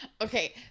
Okay